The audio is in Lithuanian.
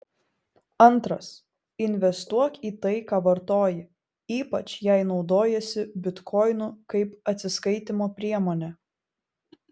antras investuok į tai ką vartoji ypač jei naudojiesi bitkoinu kaip atsiskaitymo priemone